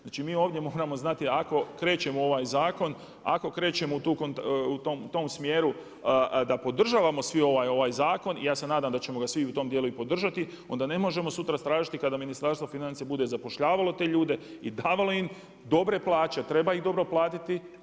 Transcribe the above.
Znači mi ovdje moramo znati, ako krećemo u ovaj zakon, ako krećemo u tom smjeru da podržavamo svi ovaj zakon, ja se nadam da ćemo ga svi u tom dijelu i podržati, onda ne možemo sutra vas tražiti kada Ministarstvo financija bude zapošljavalo te ljude i davalo im dobre plaće, treba ih dobro platiti.